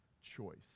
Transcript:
choice